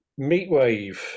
Meatwave